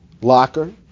locker